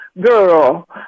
girl